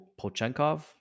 Pochenkov